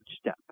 step